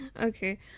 Okay